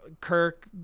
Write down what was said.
Kirk